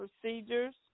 procedures